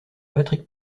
patrick